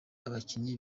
abakinyi